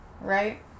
right